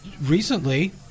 recently